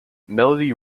melody